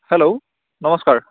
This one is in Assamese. হেল্ল' নমস্কাৰ